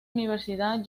universidad